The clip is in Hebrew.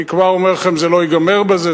אני כבר אומר לכם: זה לא ייגמר בזה,